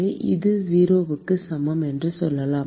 0 க்கு சமம் என்று சொல்லலாம்